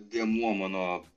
dėmuo mano